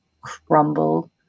crumble